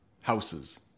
houses